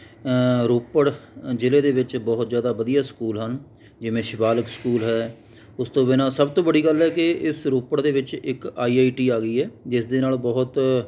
ਰੋਪੜ ਜ਼ਿਲ੍ਹੇ ਦੇ ਵਿੱਚ ਬਹੁਤ ਜ਼ਿਆਦਾ ਵਧੀਆ ਸਕੂਲ ਹਨ ਜਿਵੇਂ ਸ਼ਿਵਾਲਿਕ ਸਕੂਲ ਹੈ ਉਸ ਤੋਂ ਬਿਨਾਂ ਸਭ ਤੋਂ ਬੜੀ ਗੱਲ ਹੈ ਕਿ ਇਸ ਰੋਪੜ ਦੇ ਵਿੱਚ ਇੱਕ ਆਈ ਆਈ ਟੀ ਆ ਗਈ ਹੈ ਜਿਸ ਦੇ ਨਾਲ ਬਹੁਤ